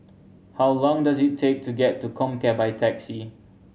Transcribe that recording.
how long does it take to get to Comcare by taxi